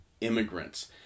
immigrants